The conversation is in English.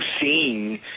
seeing